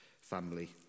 family